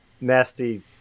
nasty